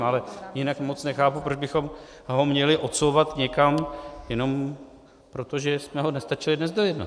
Ale jinak moc nechápu, proč bychom ho měli odsouvat někam jenom proto, že jsme ho nestačili dnes dojednat.